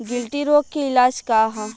गिल्टी रोग के इलाज का ह?